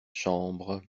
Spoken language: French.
chambre